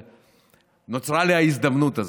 שנוצרה לי ההזדמנות הזו.